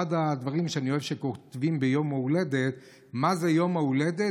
אחד הדברים שאני אוהב שכותבים ביום ההולדת הוא: מה זה יום ההולדת?